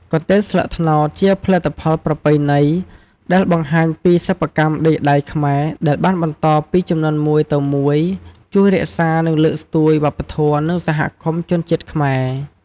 កន្ទេលស្លឹកត្នោតជាផលិតផលប្រពៃណីដែលបង្ហាញពីសិប្បកម្មដេរដៃខ្មែរដែលបានបន្តពីជំនាន់មួយទៅមួយ ជួយរក្សា និងលើកស្ទួយវប្បធម៌ និងសហគមន៍ ជនជាតិខ្មែរ។